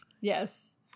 Yes